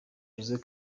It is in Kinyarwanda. jose